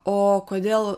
o kodėl